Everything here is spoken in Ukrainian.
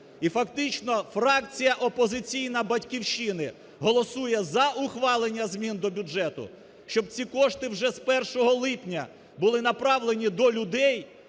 І фактично фракція опозиційна "Батьківщини" голосує за ухвалення змін до бюджету, щоб ці кошти вже з 1 липня були направлені до людей,